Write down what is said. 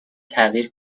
تغییر